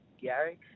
Gary